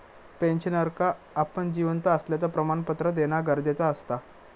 पेंशनरका आपण जिवंत असल्याचा प्रमाणपत्र देना गरजेचा असता